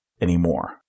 anymore